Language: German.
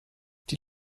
die